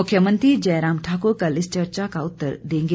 मुख्यंमत्री जयराम ठाकुर कल इस चर्चा का उत्तर देंगे